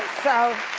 so.